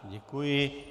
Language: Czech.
Děkuji.